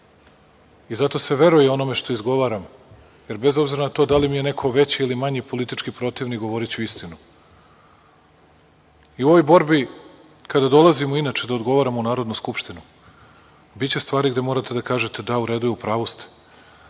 Zato se veruje i onome što izgovaram, jer bez obzira na to da li mi je neko veći ili manji politički protivnik, govoriću istinu. U ovoj borbi, kada dolazimo inače da odgovaramo u Narodnu skupštinu, biće stvari gde morate da kažete – da, u redu je, u pravu ste.